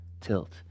tilt